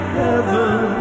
heaven